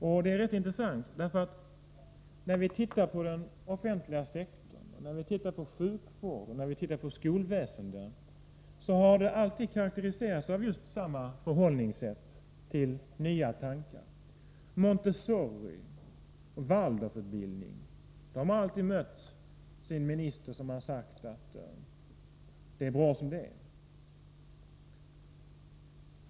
Och det är rätt intressant, därför att när vi tittar på den offentliga sektorn, på sjukvård och skolväsende, kan vi notera att verksamheten alltid har karakteriserats av just samma förhållningssätt till nya tankar. Montessorioch Waldorf-utbildning har alltid mött sin minister som har sagt att det är bra som det är.